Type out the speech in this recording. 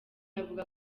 avuga